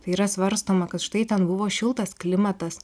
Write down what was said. yra svarstoma kad štai ten buvo šiltas klimatas